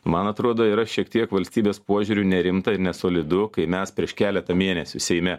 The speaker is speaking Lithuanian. man atrodo yra šiek tiek valstybės požiūriu nerimta ir nesolidu kai mes prieš keletą mėnesių seime